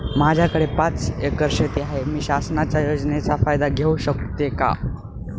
माझ्याकडे पाच एकर शेती आहे, मी शासनाच्या योजनेचा फायदा घेऊ शकते का?